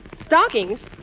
Stockings